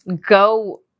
go